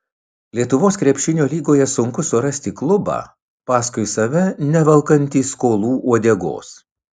lietuvos krepšinio lygoje sunku surasti klubą paskui save nevelkantį skolų uodegos